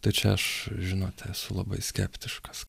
tai čia aš žinote esu labai skeptiškas